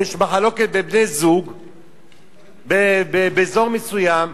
ויש מחלוקת בין בני-זוג באזור מסוים,